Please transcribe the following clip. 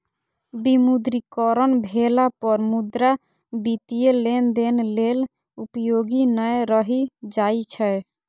विमुद्रीकरण भेला पर मुद्रा वित्तीय लेनदेन लेल उपयोगी नै रहि जाइ छै